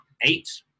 eight